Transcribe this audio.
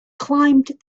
climbed